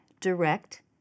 direct